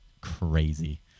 crazy